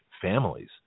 families